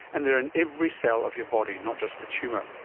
and they are in every cell of your body, not just the tumour.